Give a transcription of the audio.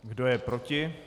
Kdo je proti?